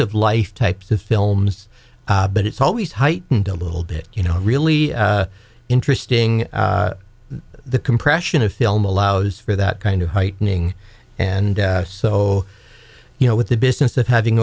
of life types of films but it's always heightened a little bit you know really interesting the compression of film allows for that kind of heightening and so you know with the business of having